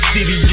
City